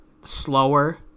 slower